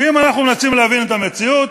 כי אם אנחנו מנסים להבין את המציאות,